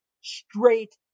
Straight